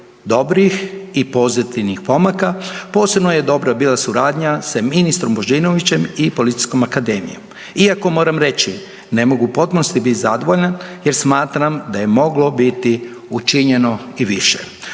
dobrih i pozitivnih pomaka. Posebno je dobra bila suradnja sa ministrom Božinovićem i Policijskom akademijom. Iako moram reći ne mogu u potpunosti biti zadovoljan jer smatram da je moglo biti učinjeno i više.